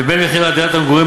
לבין מחיר דירת המגורים,